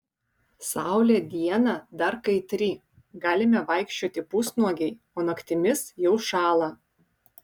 saulė dieną dar kaitri galime vaikščioti pusnuogiai o naktimis jau šąla